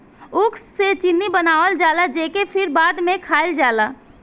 ऊख से चीनी बनावल जाला जेके फिर बाद में खाइल जाला